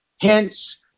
Hence